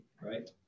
right